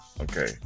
okay